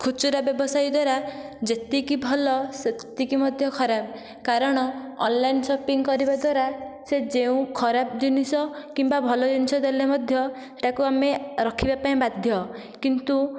ଖୁଚୁରା ବ୍ୟବସାୟୀ ଦ୍ୱାରା ଯେତିକି ଭଲ ସେତିକି ମଧ୍ୟ ଖରାପ୍ କାରଣ ଅନଲାଇନ୍ ସପିଙ୍ଗ୍ କରିବାଦ୍ୱାରା ସେ ଯେଉଁ ଖରାପ୍ ଜିନିଷ କିମ୍ବା ଭଲ ଜିନିଷ ଦେଲେ ମଧ୍ୟ ତା'କୁ ଆମେ ରଖିବାପାଇଁ ବାଧ୍ୟ କିନ୍ତୁ